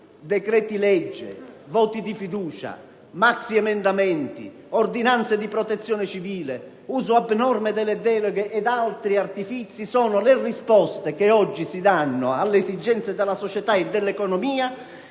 decreti-legge, voti di fiducia, maxiemendamenti, ordinanze di protezione civile, uso abnorme delle deleghe ed altri simili artifizi sono le risposte che oggi si danno alle esigenze della società e dell'economia,